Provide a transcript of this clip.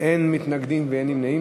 אין מתנגדים ואין נמנעים.